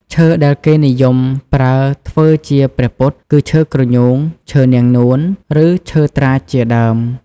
ឈើដែលគេនិយមប្រើធ្វើជាព្រះពុទ្ធគឺ ឈើគ្រញូង ឈើនាងនួន ឬឈើត្រាចជាដើម។